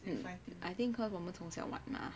I think cause 我们从小玩 mah